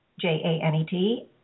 J-A-N-E-T